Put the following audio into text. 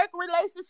relationship